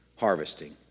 Harvesting